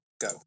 go